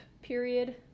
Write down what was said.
Period